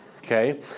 Okay